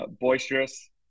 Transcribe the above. Boisterous